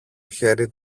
χέρι